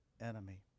enemy